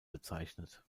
bezeichnet